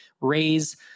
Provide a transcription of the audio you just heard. raise